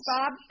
Bob